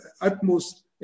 utmost